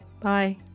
bye